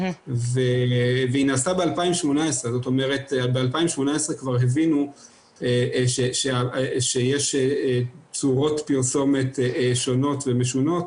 ב-2018 כבר הבינו שיש צורות פרסומת שונות ומשונות,